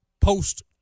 post